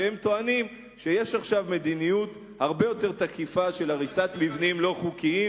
הם טוענים שיש עכשיו מדיניות הרבה יותר תקיפה של הריסת מבנים לא חוקיים,